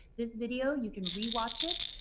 this video you can re-watch it.